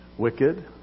Wicked